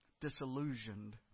disillusioned